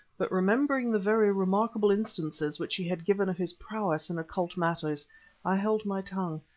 but remembering the very remarkable instances which he had given of his prowess in occult matters i held my tongue,